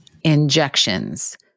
Injections